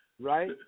right